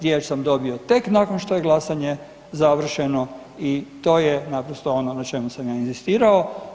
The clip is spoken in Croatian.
Riječ sam dobio tek nakon što je glasanje završeno i to je naprosto ono na čemu sam ja inzistirao.